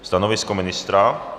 Stanovisko ministra?